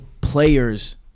players